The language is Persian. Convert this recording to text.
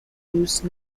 دوست